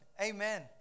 Amen